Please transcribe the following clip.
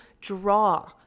draw